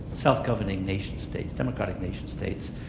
self-governing nation-states, democratic nation-states,